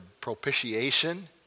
propitiation